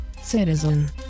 citizen